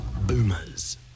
boomers